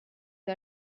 you